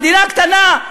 המדינה קטנה.